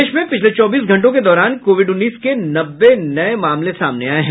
प्रदेश में पिछले चौबीस घंटों के दौरान कोविड उन्नीस के नब्बे नए मामले सामने आये हैं